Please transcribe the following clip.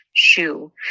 shoe